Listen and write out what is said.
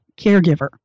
caregiver